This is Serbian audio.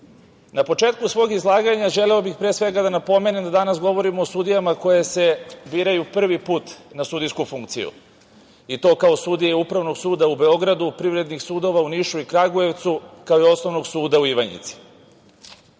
početku svog izlaganja želeo bih, pre svega, da napomenem da danas govorimo o sudijama koje se biraju prvi put na sudijsku funkciju, i to kao sudije Upravnog suda u Beogradu, privrednih sudova u Nišu i Kragujevcu, kao i Osnovnog suda u Ivanjici. Danas